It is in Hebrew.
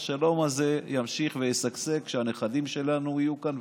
והשלום הזה ימשיך וישגשג כשהנכדים שלנו יהיו כאן,